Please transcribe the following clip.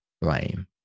blame